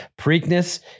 Preakness